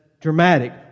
dramatic